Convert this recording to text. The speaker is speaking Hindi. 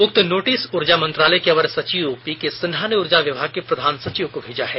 उक्त नोटिस ऊर्जा मंत्रालय के अवर सचिव पीके सिन्हा ने ऊर्जा विभाग के प्रधान सचिव को भेजा है